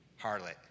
harlot